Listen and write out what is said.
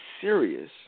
serious